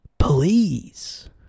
Please